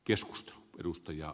arvoisa puhemies